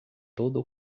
todo